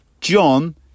John